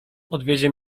podwiezie